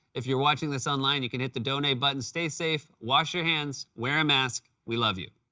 if you're watching this online, you can hit the donate button. stay safe. wash your hands. wear a mask. we love you.